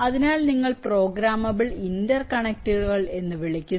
അതിനാൽ നിങ്ങൾ പ്രോഗ്രാമബിൾ ഇന്റർകണക്ടുകൾ എന്ന് വിളിക്കുന്നു